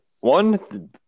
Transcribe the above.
One